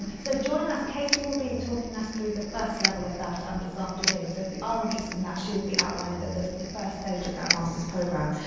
so join us casey will be talking us through the first level of that um this afternoon. so if you are interested in that, she will be outlining the the first stage of that master's programme.